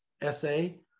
essay